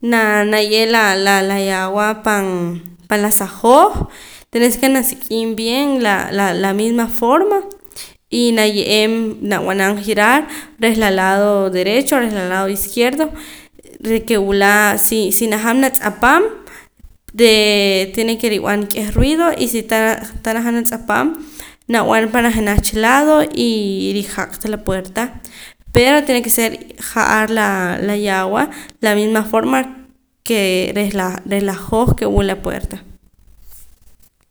naa naye' laa la yowaab' pan pan la sa jooj tenes que na sik'im bien la la misma forma y naye'eem nab'anam girar reh la lado derecho reh la lado izquierdo reke wula si sinajaam natz'apaam de tiene ke rib'an k'eh ruido y si tah tah najaam natz'apaam nab'an pan la jenaj cha lado y rijaq la sa puerta pero tiene ke ser ja'ar laa la yaawa la misma forma kee reh la reh la jooj ke wula puerta